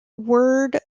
word